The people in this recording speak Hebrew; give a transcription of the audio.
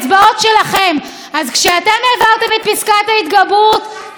אז כשאתם העברתם את פסקת ההתגברות, זה בסדר.